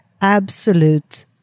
absolute